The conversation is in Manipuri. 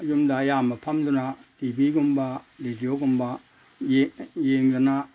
ꯌꯨꯝꯗ ꯑꯌꯥꯝꯕ ꯐꯝꯗꯅ ꯇꯤ ꯚꯤꯒꯨꯝꯕ ꯔꯦꯗꯤꯌꯣꯒꯨꯝꯕ ꯌꯦꯡꯗꯅ